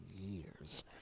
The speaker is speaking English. years